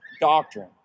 doctrine